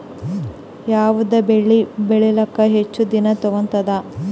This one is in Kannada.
ಯಾವದ ಬೆಳಿ ಬೇಳಿಲಾಕ ಹೆಚ್ಚ ದಿನಾ ತೋಗತ್ತಾವ?